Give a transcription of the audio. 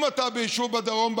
אם אתה ביישוב בדרום,